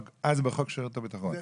זה בחוק שירות הביטחון.